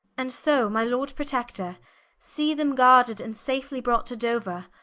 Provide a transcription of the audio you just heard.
and so my lord protector see them guarded, and safely brought to douer,